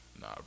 Nah